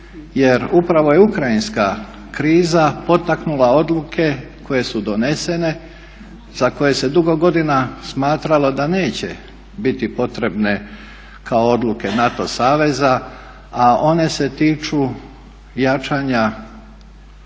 Jer upravo je ukrajinska kriza potaknula odluke koje su donesene, za koje se dugo godina smatralo da neće biti potrebne kao odluke NATO saveza, a one se tiču jačanja